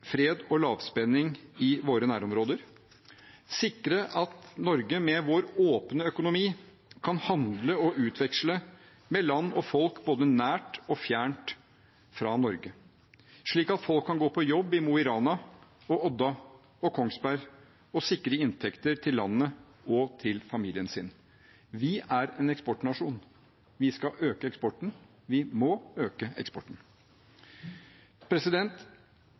fred og lavspenning i våre nærområder, sikre at Norge, med vår åpne økonomi, kan handle og utveksle med land og folk både nært og fjernt fra Norge, slik at folk kan gå på jobb i Mo i Rana, Odda og Kongsberg og sikre inntekter til landet og til familien sin. Vi er en eksportnasjon. Vi skal øke eksporten. Vi må øke eksporten.